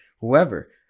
whoever